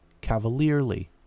cavalierly